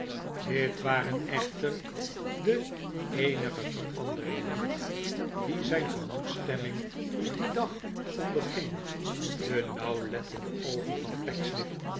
dit waren echter de eenige veranderingen niet die zijn gemoedsstemming dien dag onderging de nauwlettende oogen van